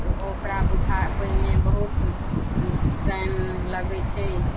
ओकरा बुझाबैमे बहुत टाइम लगै छै